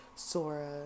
Sora